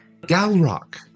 Galrock